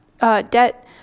debt